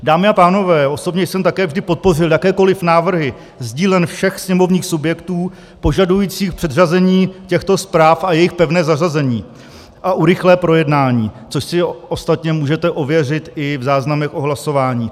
Dámy a pánové, osobně jsem také vždy podpořil jakékoliv návrhy z dílen všech sněmovních subjektů požadujících předřazení těchto zpráv a jejich pevné zařazení a urychlené projednání, což si ostatně můžete ověřit i v záznamech o hlasování.